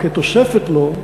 או כתוספת לו,